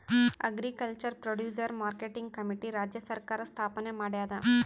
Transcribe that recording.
agriculture producer marketing committee ರಾಜ್ಯ ಸರ್ಕಾರ್ ಸ್ಥಾಪನೆ ಮಾಡ್ಯಾದ